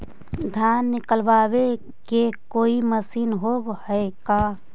धान निकालबे के कोई मशीन होब है का?